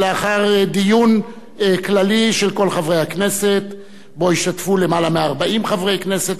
לאחר דיון כללי של כל חברי הכנסת שבו השתתפו למעלה מ-40 חברי כנסת,